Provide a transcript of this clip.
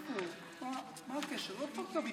מה הקשר?